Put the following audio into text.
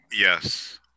Yes